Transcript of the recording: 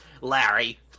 Larry